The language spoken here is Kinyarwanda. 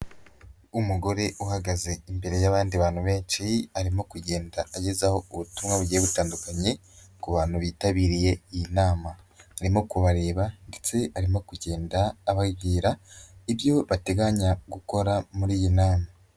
Umugore uhagaze imbere y'abandi bantu benshi, arimo kugenda agezaho ubutumwa bugiye butandukanye, ku bantu bitabiriye iyi nama. Arimo kubareba, ndetse arimo kugenda ababwira, ibyo bateganya gukora muri inama.